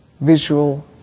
visual